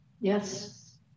Yes